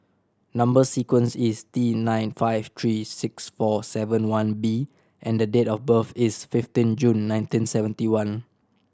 number sequence is T nine five three six four seven one B and the date of birth is fifteen June nineteen seventy one